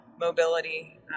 mobility